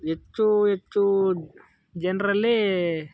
ಹೆಚ್ಚು ಹೆಚ್ಚು ಜನರಲ್ಲಿ